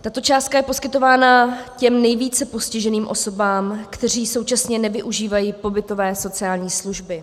Tato částka je poskytována těm nejvíce postiženým osobám, které současně nevyužívají pobytové sociální služby.